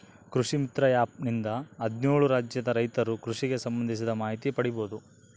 ಕೃಷಿ ಮಿತ್ರ ಆ್ಯಪ್ ನಿಂದ ಹದ್ನೇಳು ರಾಜ್ಯದ ರೈತರು ಕೃಷಿಗೆ ಸಂಭಂದಿಸಿದ ಮಾಹಿತಿ ಪಡೀಬೋದು